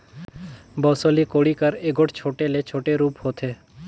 बउसली कोड़ी कर एगोट छोटे ले छोटे रूप होथे